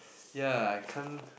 ya I can't